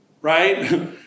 right